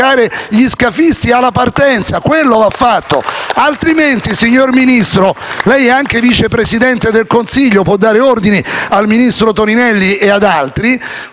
Grazie a tutti.